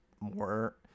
more